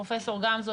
פרופ' גרוטו,